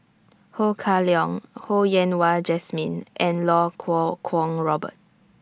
Ho Kah Leong Ho Yen Wah Jesmine and Lau Kuo Kwong Robert